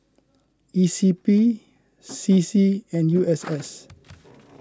E C P C C and U S S